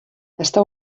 està